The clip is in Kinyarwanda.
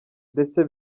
ndetse